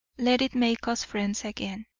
let it make us friends again.